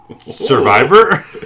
Survivor